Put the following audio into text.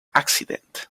accident